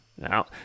Now